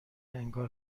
انگار